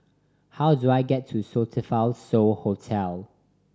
how do I get to Sofitel So Hotel